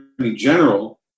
General